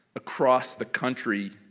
across the country.